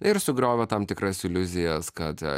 ir sugriovė tam tikras iliuzijas kad